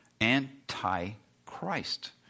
Antichrist